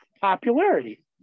popularity